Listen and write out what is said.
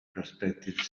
prospective